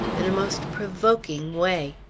in the most provoking way.